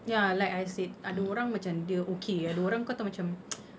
ya like I said ada orang macam dia okay ada orang kau tahu macam